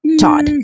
Todd